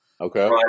Okay